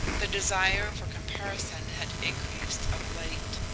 the desire for comparison had increased of late.